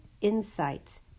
insights